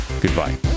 Goodbye